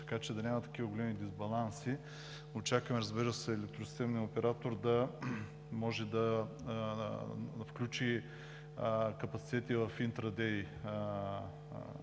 така че да няма такива големи дисбаланси. Очакваме, разбира се, Електросистемният оператор да може да включи капацитет и в интрадей